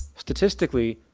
statistically,